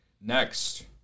Next